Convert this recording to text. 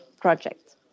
project